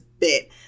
bit